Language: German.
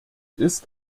ist